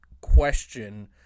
question